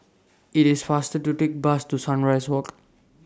IT IS faster to Take Bus to Sunrise Walk